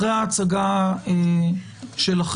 אחרי ההצגה שלכם,